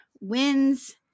wins